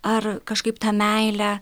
ar kažkaip tą meilę